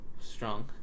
Strong